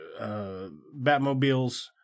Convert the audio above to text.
Batmobiles